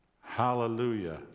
Hallelujah